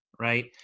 right